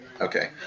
Okay